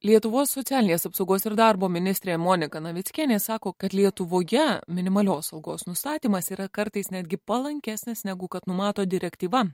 lietuvos socialinės apsaugos ir darbo ministrė monika navickienė sako kad lietuvoje minimalios algos nustatymas yra kartais netgi palankesnis negu kad numato direktyva